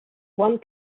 one